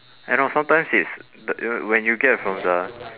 and al~ sometimes it's t~ uh when you get from the